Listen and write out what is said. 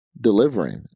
delivering